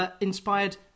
inspired